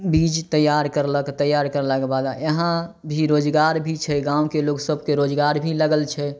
बीज तैयार करलक तैयार करलाके बाद यहाँ भी रोजगार भी छै गाँवके लोग सबके रोजगार भी लगल छै